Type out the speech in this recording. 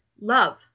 love